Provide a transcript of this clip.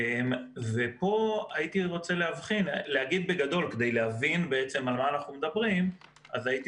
כדי שנבין בעצם על מה אנחנו מדברים הייתי